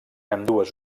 ambdues